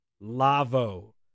Lavo